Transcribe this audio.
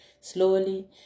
slowly